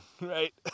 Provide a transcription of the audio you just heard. right